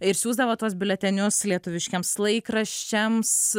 ir siųsdavo tuos biuletenius lietuviškiems laikraščiams